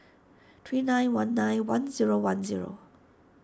three nine one nine one zero one zero